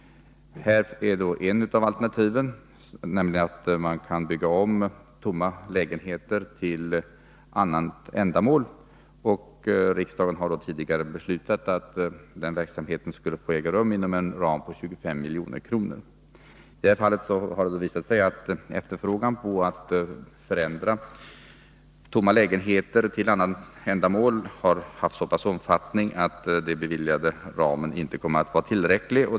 Här har vi ett av alternativen, nämligen att man kan bygga om tomma lägenheter för annat ändamål. Riksdagen har tidigare beslutat att sådan verksamhet skall få äga rum inom en ram på 25 milj.kr. Det har senare visat sig att efterfrågan på lån för att bygga om tomma lägenheter för annat ändamål har varit av så stor omfattning att den beviljade ramen inte kommer att vara tillräcklig.